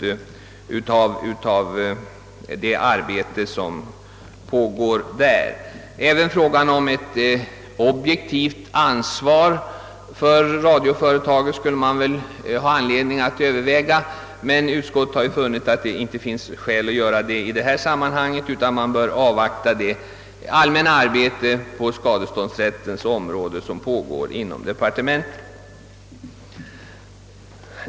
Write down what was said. Det finns också anledning att överväga frågan om ett objektivt ansvar för radioföretaget. Utskottet har dock funnit att skäl inte finns att företa sig något i detta sammanhang, att i stället avvakta det allmänna arbete som på skadestånds rättens område pågår inom departementet.